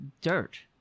dirt